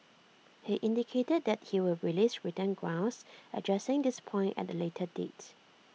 he indicated that he would release written grounds addressing this point at A later date